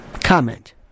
Comment